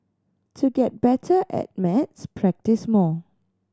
to get better at maths practise more